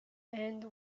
end